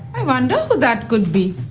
i wonder who that could be?